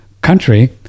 country